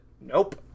nope